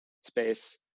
space